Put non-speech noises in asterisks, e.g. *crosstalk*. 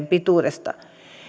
*unintelligible* pituudesta